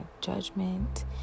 judgment